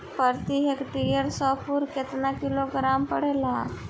प्रति हेक्टेयर स्फूर केतना किलोग्राम पड़ेला?